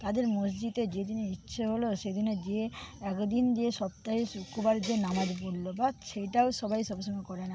তাদের মসজিদে যে দিনে ইচ্ছে হলো সেদিনে যেয়ে এক দিন যেয়ে সপ্তাহে শুক্রবার যেয়ে নামাজ পড়ল বা সেটাও সবাই সবসময় করে না